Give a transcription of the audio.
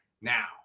now